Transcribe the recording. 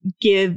give